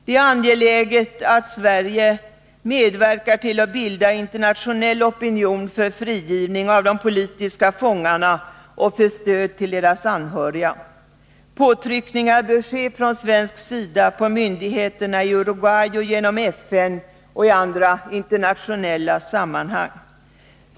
Det är angeläget att Sverige medverkar till att bilda internationell opinion för frigivning av de politiska fångarna och för stöd till deras anhöriga. Påtryckningar bör ske från svensk sida på myndigheterna i Uruguay, genom FN och i andra internationella sammanhang.